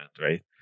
right